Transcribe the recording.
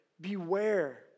Beware